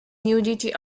nudity